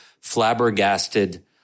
flabbergasted